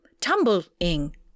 tumbling